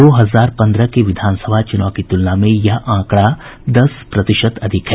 दो हजार पन्द्रह के विधानसभा चुनाव के तुलन में यह आंकड़ा दस प्रतिशत अधिक है